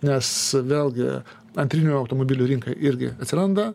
nes vėlgi antrinių automobilių rinka irgi atsiranda